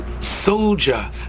soldier